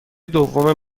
دوم